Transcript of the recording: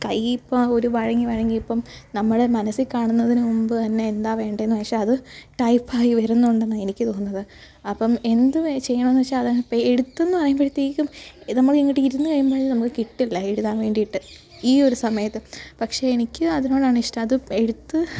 കൈയിപ്പോൾ ഒര വഴങ്ങിവഴങ്ങി ഇപ്പം നമ്മുടെ മനസ്സിൽ കാണുന്നതിനു മുൻപുതന്നെ എന്താ വേണ്ടതെന്നു വെച്ചാൽ അതു ടൈപ്പായി വരുന്നുണ്ടെന്നാണ് എനിക്കു തോന്നുന്നത് അപ്പം എന്തുവെ ചെയ്യണതെന്നു വെച്ചാൽ അതങ്ങു പെ എഴുത്തെന്നു പറയുമ്പോഴത്തേക്കും നമ്മളെങ്ങോട്ടിരുന്നു കഴിയുമ്പോൾ നമുക്കു കിട്ടിയില്ല എഴുതാൻ വേണ്ടിയിട്ട് ഈയൊരു സമയത്തു പക്ഷെ എനിക്ക് അതിനോടാണിഷ്ടം അത് എഴുത്ത്